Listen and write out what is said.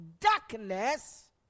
darkness